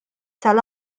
tal